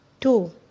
Two